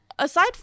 Aside